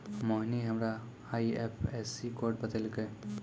मोहिनी हमरा IFSC code बतैलकै